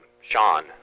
Sean